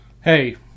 hey